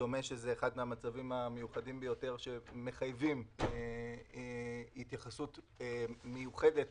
דומה שזה אחד מהמצבים המיוחדים ביותר שמחייבים התייחסות מיוחדת